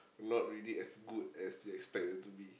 not really as good as you expect them to be